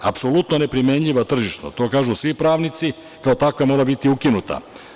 Apsolutno neprimenjiva tržišno, to kažu svi pravnici i kao takva mora biti ukinuta.